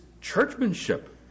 churchmanship